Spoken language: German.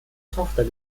tochter